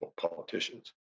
politicians